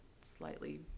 slightly